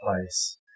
place